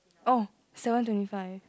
orh seven twenty five